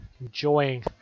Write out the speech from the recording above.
enjoying